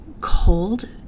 cold